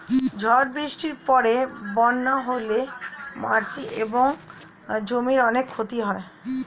ঝড় বৃষ্টির পরে বন্যা হলে মাটি এবং জমির অনেক ক্ষতি হয়